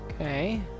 Okay